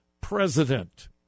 president